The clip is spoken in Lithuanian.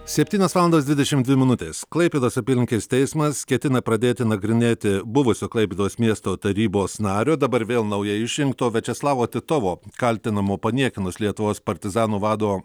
septynios valandos dvidešimt dvi minutės klaipėdos apylinkės teismas ketina pradėti nagrinėti buvusio klaipėdos miesto tarybos nario dabar vėl naujai išrinkto viačeslavo titovo kaltinamo paniekinus lietuvos partizanų vado